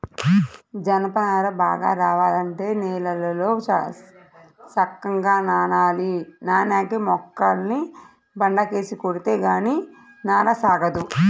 జనప నార బాగా రావాలంటే నీళ్ళల్లో సక్కంగా నానాలి, నానేక మొక్కల్ని బండకేసి కొడితే గానీ నార సాగదు